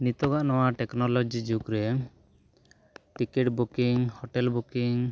ᱱᱤᱛᱚᱜᱼᱟᱜ ᱱᱚᱣᱟ ᱴᱮᱠᱱᱳᱞᱚᱡᱤ ᱡᱩᱜᱽ ᱨᱮ ᱴᱤᱠᱤᱴ ᱵᱩᱠᱤᱝ ᱦᱳᱴᱮᱞ ᱵᱩᱠᱤᱝ